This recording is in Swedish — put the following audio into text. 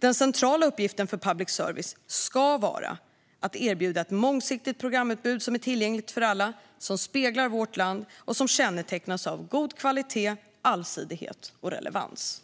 Den centrala uppgiften för public service ska vara att erbjuda ett mångsidigt programutbud som är tillgängligt för alla, som speglar vårt land och som kännetecknas av god kvalitet, allsidighet och relevans.